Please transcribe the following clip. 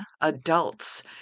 adults